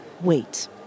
wait